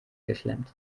geklebt